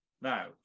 Now